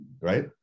Right